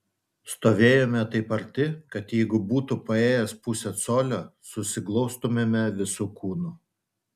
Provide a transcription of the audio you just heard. stovėjome taip arti kad jeigu būtų paėjęs pusę colio susiglaustumėme visu kūnu